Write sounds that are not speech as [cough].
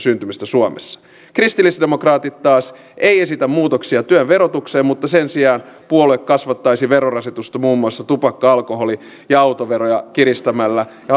ja syntymistä suomessa kristillisdemokraatit taas ei esitä muutoksia työn verotukseen mutta sen sijaan puolue kasvattaisi verorasitusta muun muassa tupakka alkoholi ja autoveroja kiristämällä ja [unintelligible]